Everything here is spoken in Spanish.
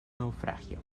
naufragio